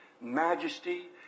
majesty